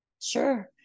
Sure